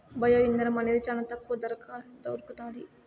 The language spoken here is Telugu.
బయో ఇంధనం అనేది చానా తక్కువ ధరకే దొరుకుతాది